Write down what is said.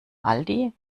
aldi